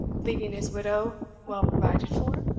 leaving his widow well provided for